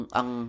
ang